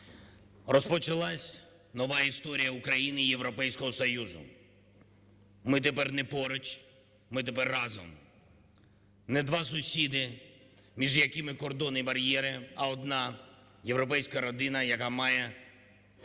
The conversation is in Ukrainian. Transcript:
Розпочалась нова історія України і Європейського Союзу, ми тепер не поруч – ми тепер разом. Не два сусіди, між якими кордони і бар'єри, а одна європейська родина, яка має